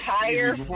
entire